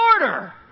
order